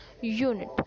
unit